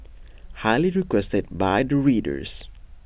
highly requested by the readers